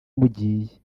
mugiye